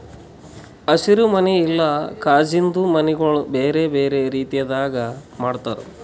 ಹಸಿರು ಮನಿ ಇಲ್ಲಾ ಕಾಜಿಂದು ಮನಿಗೊಳ್ ಬೇರೆ ಬೇರೆ ರೀತಿದಾಗ್ ಮಾಡ್ತಾರ